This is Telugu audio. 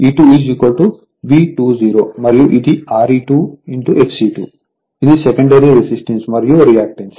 కాబట్టి E2 V20 మరియు ఇది Re2 Xe2 ఇది సెకండరీ రెసిస్టెన్స్ మరియు రియాక్టెన్స్